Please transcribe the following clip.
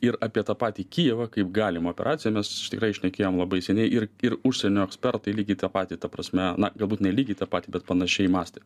ir apie tą patį kijevą kaip galimą operaciją mes tikrai šnekėjom labai seniai ir ir užsienio ekspertai lygiai tą patį ta prasme na galbūt ne lygiai tą patį bet panašiai mąstė